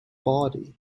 body